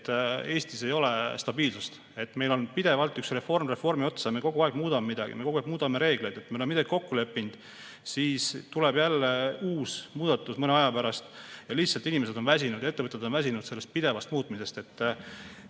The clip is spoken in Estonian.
et Eestis ei ole stabiilsust. Meil on pidevalt reform reformi otsa, me kogu aeg muudame midagi, me kogu aeg muudame reegleid. Me oleme midagi kokku leppinud, siis tuleb jälle uus muudatus mõne aja pärast. Lihtsalt inimesed on väsinud ja ettevõtjad on väsinud sellest pidevast muutmisest.